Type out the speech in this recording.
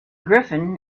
griffin